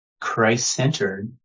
Christ-centered